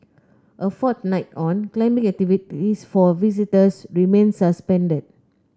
a fortnight on climbing activities for visitors remain suspended